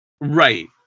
right